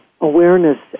awareness